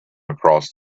across